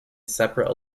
separate